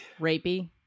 rapey